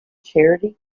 charity